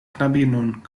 knabinon